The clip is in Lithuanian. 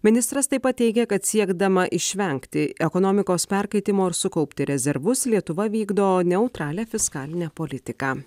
ministras taip pat teigia kad siekdama išvengti ekonomikos perkaitimo ir sukaupti rezervus lietuva vykdo neutralią fiskalinę politiką